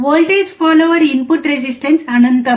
voltage follower input resistance అనంతం